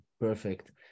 Perfect